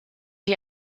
die